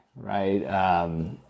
right